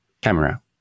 camera